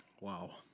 Wow